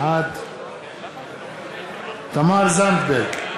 בעד תמר זנדברג,